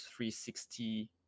360